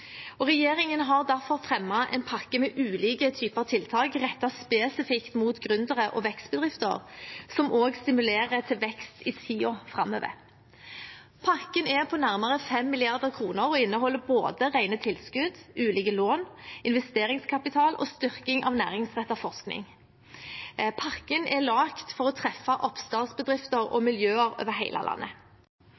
og ideer. Mange gründere er i en sårbar fase når de bygger opp en bedrift. Regjeringen har derfor fremmet en pakke med ulike typer tiltak rettet spesifikt mot gründere og vekstbedrifter, som også stimulerer til vekst i tiden framover. Pakken er på nærmere 5 mrd. kr og inneholder både rene tilskudd, ulike lån, investeringskapital og styrking av næringsrettet forskning. Pakken er laget for